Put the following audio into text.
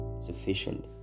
sufficient